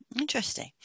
Interesting